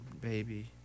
baby